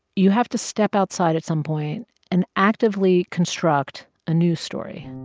you have to step outside at some point and actively construct a new story.